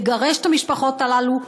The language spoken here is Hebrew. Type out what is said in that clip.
יגרש את המשפחות הללו,